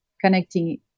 Connecting